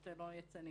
שהחוטא לא ייצא נשכר,